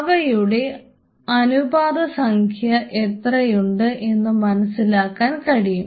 അവയുടെ അനുപാതസംഖ്യ എത്രയുണ്ട് എന്ന് മനസ്സിലാക്കാൻ കഴിയും